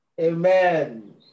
Amen